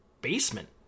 basement